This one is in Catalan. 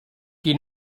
qui